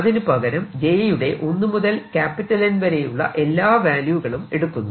അതിനു പകരം j യുടെ 1 മുതൽ N വരെയുള്ള എല്ലാ വാല്യൂകളും എടുക്കുന്നു